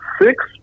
six